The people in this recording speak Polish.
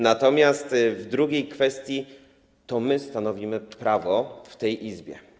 Natomiast w drugiej kwestii, to my stanowimy prawo w tej Izbie.